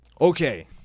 Okay